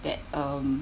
that um